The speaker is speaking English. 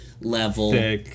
level